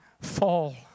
fall